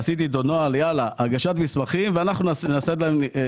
עשיתי איתו נוהל: הגשת מסמכים ואנחנו נעשה את הבדיקה,